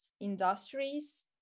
industries